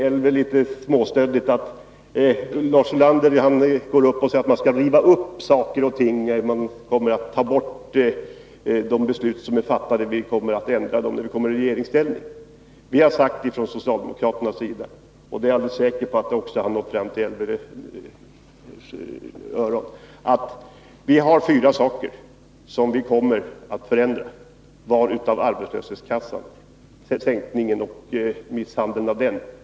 Elver Jonsson sade litet stöddigt att jag säger att socialdemokraterna kommer att ändra de beslut som har fattats när vi kommer i regeringsställning. Vi har från socialdemokraternas sida räknat upp fyra beslut som vi kommer att ändra — jag är alldeles säker på att det också nått fram till Elver Jonssons öron. Misshandeln av arbetslöshetskassorna är en av dessa fyra frågor.